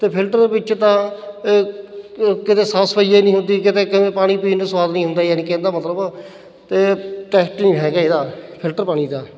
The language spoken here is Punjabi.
ਅਤੇ ਫਿਲਟਰ ਵਿੱਚ ਤਾਂ ਕ ਕਿਤੇ ਸਾਫ ਸਫਾਈ ਏ ਨਹੀਂ ਹੁੰਦੀ ਕਿਤੇ ਕਿਵੇਂ ਪਾਣੀ ਪੀਣ ਨੂੰ ਸਵਾਦ ਨਹੀਂ ਹੁੰਦਾ ਯਾਨੀ ਕਹਿਣ ਦਾ ਮਤਲਬ ਅਤੇ ਟੇਸਟ ਨਹੀਂ ਹੈਗੇ ਇਹਦਾ ਫਿਲਟਰ ਪਾਣੀ ਦਾ